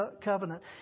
covenant